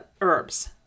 herbs